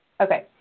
Okay